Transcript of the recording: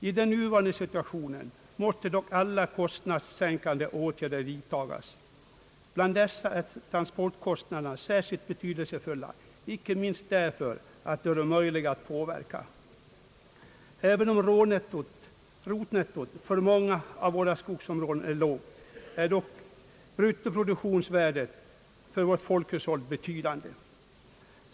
I den nuvarande situationen måste dock alla kostnadssänkande åtgärder vidtagas. Bland kostnaderna är transportkostnaderna särskilt betydelsefulla, icke minst därför att de är möjliga att påverka. Även om rotnettot för många av våra skogsområden är lågt, är dock bruttoproduktionsvärdet för vårt folkhushåll betydande.